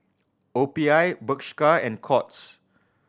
O P I Bershka and Courts